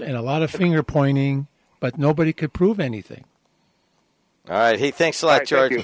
and a lot of finger pointing but nobody could prove anything he thinks like charge